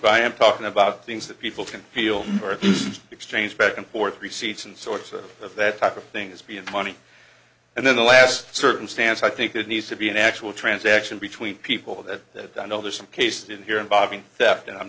by i'm talking about things that people can feel are exchanged back and forth receipts and sorts of that type of thing is beyond money and in the last circumstance i think there needs to be an actual transaction between people that i know there's some cases in here involving theft and i'm